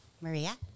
Maria